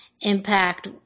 impact